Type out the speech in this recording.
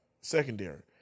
secondary